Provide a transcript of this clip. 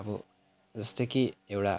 अब जस्तो कि एउटा